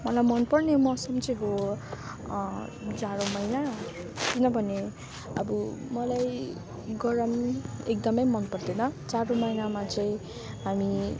मलाई मनपर्ने मौसम चाहिँ हो जाडो महिना किनभने अब मलाई गरम एकदमै मनपर्दैन जाडो महिनामा चाहिँ हामी